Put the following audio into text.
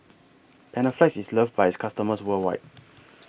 Panaflex IS loved By its customers worldwide